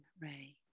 ray